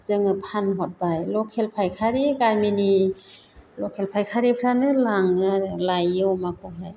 जोङो फानहरबाय लकेल पायकारि गामिनि लकेल पाइकारिफ्रानो लाङो आरो लायो अमाखौहाय